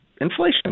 inflation